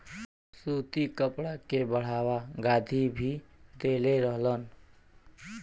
सूती कपड़ा के बढ़ावा गाँधी भी देले रहलन